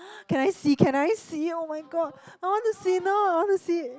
can I see can I see [oh]-my-god I want to see no I want to see